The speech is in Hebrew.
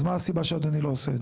אז מה הסיבה שאדוני לא עושה את זה?